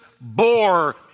bore